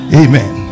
amen